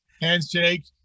handshake